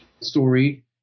story